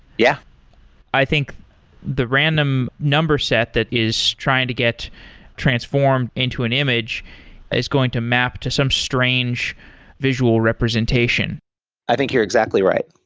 yeah i think the random number set that is trying to get transformed into an image is going to map to some strange visual representation i think you're exactly right.